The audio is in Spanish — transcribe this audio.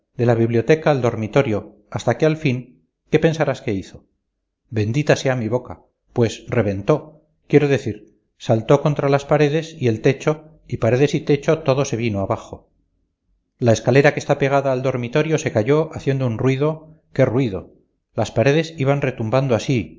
de la biblioteca al dormitorio hasta que al fin qué pensarás que hizo bendita sea mi boca pues reventó quiero decir saltó contra las paredes y el techo y paredes y techo todo se vino abajo la escalera que está pegada el dormitorio se cayó haciendo un ruido qué ruido las paredes iban retumbando así